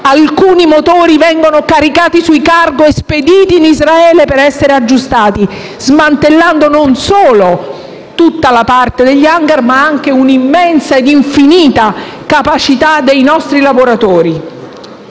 Alcuni motori vengono caricati sui cargo e spediti in Israele per essere aggiustati, smantellando non solo tutta la parte degli *hangar* ma anche l'immensa ed infinita competenza dei nostri lavoratori.